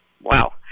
Wow